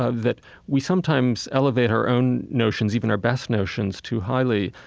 ah that we sometimes elevate our own notions, even our best notions too highly.